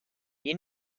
you